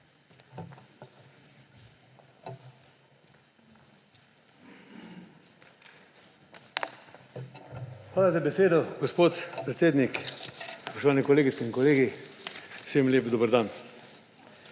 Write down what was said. Hvala za besedo, gospod predsednik. Spoštovane kolegice in kolegi, vsem lep dober dan!